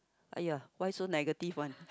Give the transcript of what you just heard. !aiya! why so negative one